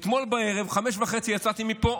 אתמול בערב, ב-17:30, יצאתי מפה.